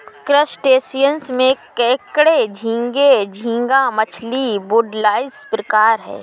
crustaceans में केकड़े झींगे, झींगा मछली, वुडलाइस प्रकार है